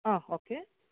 ಹಾಂ ಓಕೆ